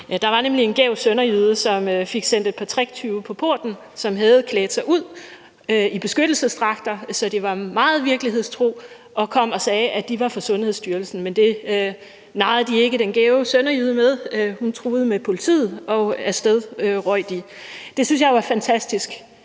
Der var nemlig en gæv sønderjyde, som fik sendt et par tricktyve på porten. De havde klædt sig ud i beskyttelsesdragter, så det var meget virkelighedstro, og kom og sagde, at de var fra Sundhedsstyrelsen. Men det narrede de ikke den gæve sønderjyde med. Hun truede med politiet, og af sted røg de. Det synes jeg jo er fantastisk,